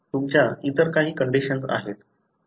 तुमच्या इतर काही कंडिशन्स आहेत